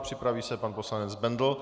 Připraví se pan poslanec Bendl.